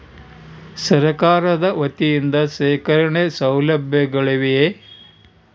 ಸರಕಾರದ ವತಿಯಿಂದ ಶೇಖರಣ ಸೌಲಭ್ಯಗಳಿವೆಯೇ?